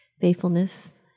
faithfulness